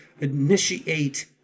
initiate